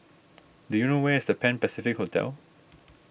do you know where is the Pan Pacific Hotel